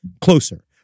closer